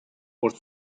por